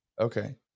Okay